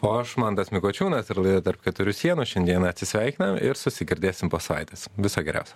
o aš mantas mikočiūnas ir laida tarp keturių sienų šiandieną atsisveikinam ir susigirdėsim po savaitės viso geriausio